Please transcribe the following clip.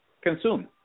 consume